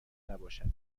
نباشد